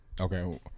Okay